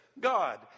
God